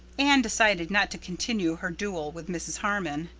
anne decided not to continue her duel with mrs. harmon.